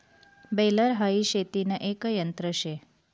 baler हाई शेतीन एक यंत्र शे